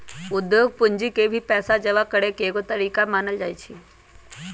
उद्योग पूंजी के भी पैसा जमा करे के एगो तरीका मानल जाई छई